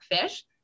fish